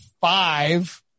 five